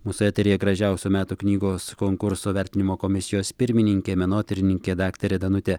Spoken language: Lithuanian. mūsų eteryje gražiausių metų knygos konkurso vertinimo komisijos pirmininkė menotyrininkė daktarė danutė